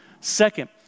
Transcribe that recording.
Second